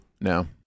No